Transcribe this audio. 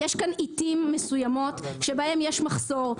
יש כאן עיתים מסוימות שבהם יש מחסור,